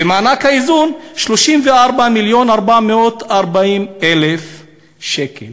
ומענק האיזון, 34 מיליון ו-440,000 שקל.